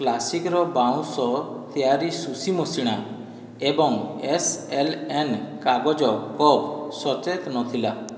କ୍ଲାସିକ୍ର ବାଉଁଶ ତିଆରି ଶୁଶି ମଶିଣା ଏବଂ ଏସ୍ ଏଲ୍ ଏନ୍ କାଗଜ କପ୍ ସଚେତ୍ ନଥିଲା